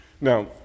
Now